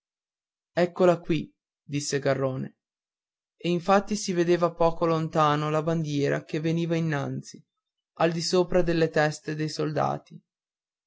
eccola qui disse garrone e infatti si vedeva poco lontano la bandiera che veniva innanzi al di sopra delle teste dei soldati